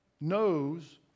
knows